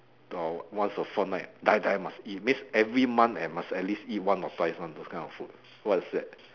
or once a fortnight die die must eat means every month and must at least eat once or twice [one] those kind of food what is that